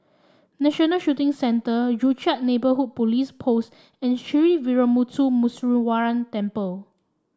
National Shooting Centre Joo Chiat Neighbourhood Police Post and Sree Veeramuthu Muneeswaran Temple